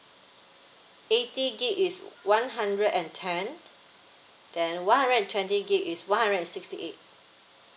eighty gig is one hundred and ten then one hundred twenty gig is one hundred sixty eight